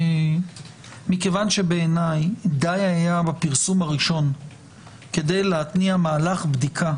--- מכיוון שבעיניי די היה בפרסום הראשון כדי להתניע מהלך בדיקה,